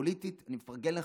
פוליטית אני מפרגן לך.